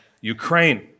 Ukraine